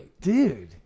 Dude